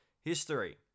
history